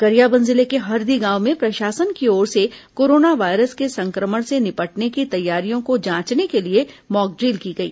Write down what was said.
गरियाबंद जिले के हरदी गांव में प्रशासन की ओर से कोरोना वायरस के संक्रमण से निपटने की तैयारियों को जांचने के लिए मॉकड्रिल की गई